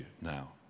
now